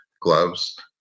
gloves